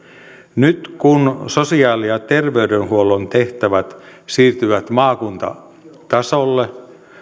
nyt kun sosiaali ja terveydenhuollon tehtävät siirtyvät maakuntatasolle